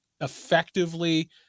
effectively